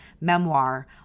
memoir